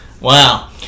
Wow